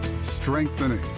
strengthening